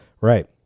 Right